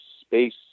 space